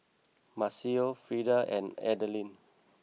Maceo Freeda and Adaline